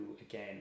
again